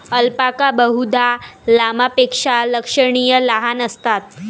alpaca बहुधा लामापेक्षा लक्षणीय लहान असतात